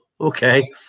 okay